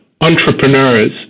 entrepreneurs